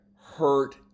hurt